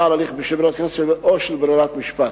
הליך של ברירת קנס או של ברירת משפט.